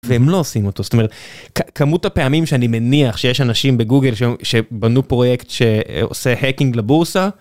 והם לא עושים אותו. זאת אומרת, כמות הפעמים שאני מניח שיש אנשים בגוגל שבנו פרויקט שעושה האקינג לבורסה.